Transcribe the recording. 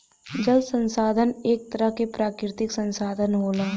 जल संसाधन एक तरह क प्राकृतिक संसाधन होला